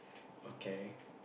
okay